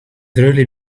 really